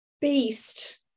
beast